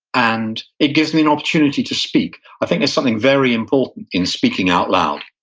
and it gives me an opportunity to speak. i think there's something very important in speaking out loud.